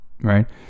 right